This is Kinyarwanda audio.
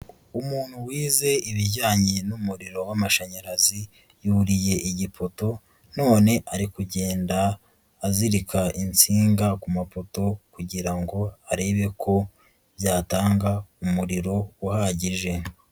Umuntu wize ibijyanye n'umuriro w'amashanyarazi, yuriye igipoto none ari kugenda azirika insinga kumapoto kugirango arebe ko byatanga umuriro uhagije.